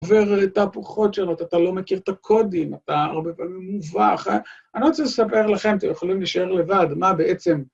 עובר תהפוכות שונות, אתה לא מכיר את הקודים, אתה הרבה פעמים מובך, אני רוצה לספר לכם, אתם יכולים לשער לבד, מה בעצם...